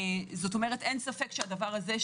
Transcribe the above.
כלומר אין ספק שהדבר הזה,